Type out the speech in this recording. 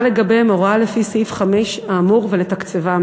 לגביהם הוראה לפי סעיף 5 האמור ולתקצבם,